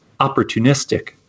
opportunistic